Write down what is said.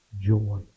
joy